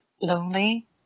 lonely